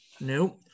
Nope